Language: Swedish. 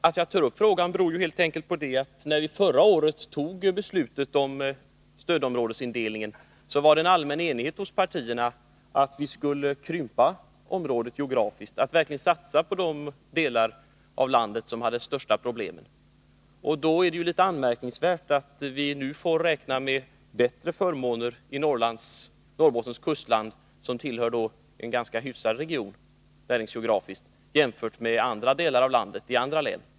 Att jag tar upp frågan beror helt enkelt på att det, när riksdagen förra året fattade beslut om stödområdesindelningen, rådde en allmän enighet bland partierna om att geografiskt krympa området och verkligen satsa på de delar av landet som hade de största problemen. Därför är det litet anmärkningsvärt 30 att vi nu har att räkna med större förmåner för Norrbottens kustland, som näringsgeografiskt sett är en ganska hyfsad region, än för delar av andra län i landet.